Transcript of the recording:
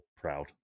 proud